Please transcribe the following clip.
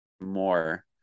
more